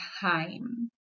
time